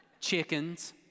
Chickens